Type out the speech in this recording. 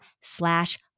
slash